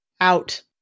out